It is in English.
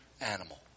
animal